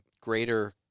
greater